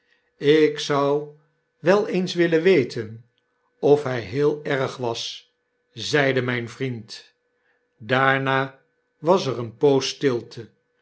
ik zou wel eens willen weten of hij heel erg was zeide myn vriend daarna was er eene poos stilte